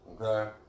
Okay